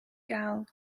gael